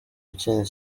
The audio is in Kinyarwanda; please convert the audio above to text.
ukennye